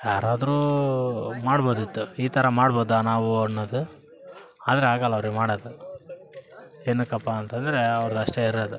ಯಾರಾದರೂ ಮಾಡ್ಬೋದಿತ್ತು ಈ ಥರ ಮಾಡ್ಬೋದ ನಾವು ಅನ್ನೋದು ಆದರೆ ಆಗೋಲ್ಲ ಅವ್ರಿಗೆ ಮಾಡೋದು ಏನಕ್ಕಪ್ಪಾ ಅಂತಂದರೆ ಅವ್ರದು ಅಷ್ಟೇ ಇರೋದು